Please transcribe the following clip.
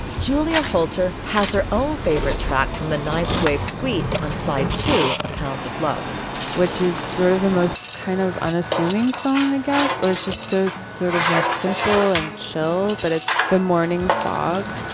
julia holter has her own favorite track from the ninth wave suite on side two of hounds of love which is sort of the most kind of unassuming song i guess or it's just so sort of more simple and show. but it's the morning fog